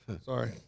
Sorry